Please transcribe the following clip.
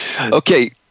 Okay